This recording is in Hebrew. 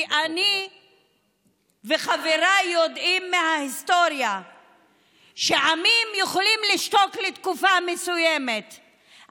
כי אני וחבריי יודעים מההיסטוריה שעמים יכולים לשתוק לתקופה מסוימת,